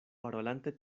parolante